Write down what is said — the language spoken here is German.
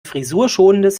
frisurschonendes